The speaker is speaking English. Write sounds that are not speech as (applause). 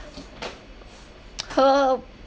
(noise) hurt